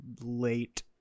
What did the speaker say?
late